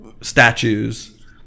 statues